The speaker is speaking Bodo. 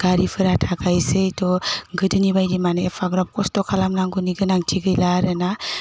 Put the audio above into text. गारिफोरा थाखायोसै त' गोदोनि बायदि मानि एफाग्राब खस्थ' खालामनांगौनि गोनांथि गैला आरोना